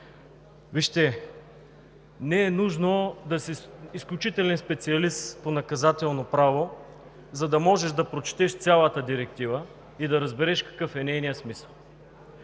Вижте, не е нужно да си изключителен специалист по наказателно право, за да можеш да прочетеш цялата Директива и да разбереш какъв е нейният смисъл.